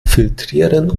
filtrieren